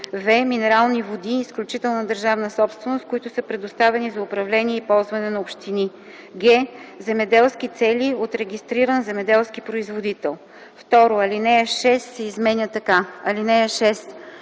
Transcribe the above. в) минерални води - изключителна държавна собственост, които са предоставени за управление и ползване на общини; г) земеделски цели от регистриран земеделски производител.” 2. Алинея 6 се изменя така: „(6)